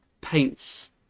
paints